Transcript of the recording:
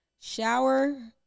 Shower